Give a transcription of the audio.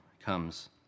comes